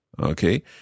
Okay